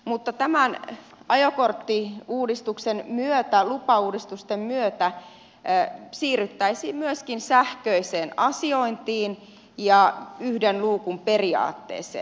mutta tämän ajokorttiuudistuksen myötä lupauudistusten myötä siirryttäisiin myöskin sähköiseen asiointiin ja yhden luukun periaatteeseen